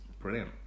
Brilliant